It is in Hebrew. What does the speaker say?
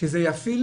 שזה יפעיל